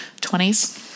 20s